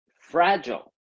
fragile